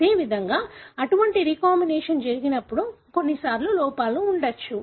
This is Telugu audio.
అదేవిధంగా అటువంటి రీకాంబినేషన్ జరిగినప్పుడు కొన్నిసార్లు లోపాలు ఉండవచ్చు